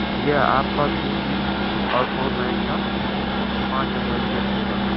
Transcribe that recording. یہ آپ کا تین دن اور فور نائٹ کا پانچ ہزار روپے لگے گا